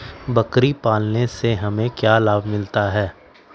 बकरी पालने से हमें क्या लाभ मिलता है?